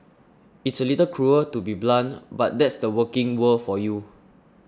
it's a little cruel to be so blunt but that's the working world for you